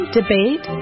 debate